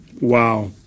Wow